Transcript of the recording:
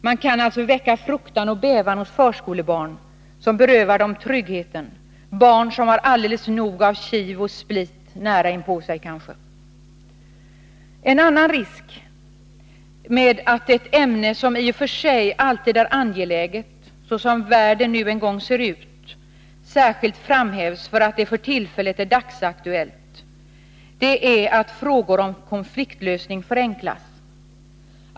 Man kan alltså väcka fruktan och bävan hos förskolebarn som berövar dem tryggheten — barn som kanske har alldeles nog av kiv och split nära inpå sig. En annan risk med att ett ämne som i och för sig alltid är angeläget — såsom världen nu en gång ser ut — särskilt framhävs för att det för tillfället är dagsaktuellt är att frågor om konfliktlösning förenklas.